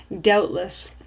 doubtless